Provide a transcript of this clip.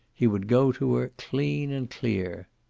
he would go to her clean and clear.